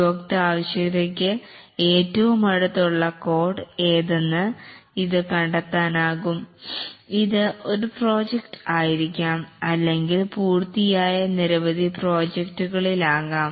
ഉപഭോക്ത്യ ആവശ്യകതയ്ക്കു ഏറ്റവും അടുത്തുള്ള കോഡ് ഏതെന്ന് ഇത് കണ്ടെത്താനാകും ഇത് ഒരു പ്രോജക്ട് ആയിരിക്കാം അല്ലെങ്കിൽ പൂർത്തിയായ നിരവധി പ്രോജക്ടുകളിൽ ആകാം